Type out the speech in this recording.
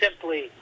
simply